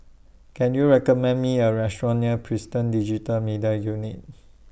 Can YOU recommend Me A Restaurant near Prison Digital Media Unit